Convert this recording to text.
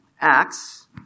Acts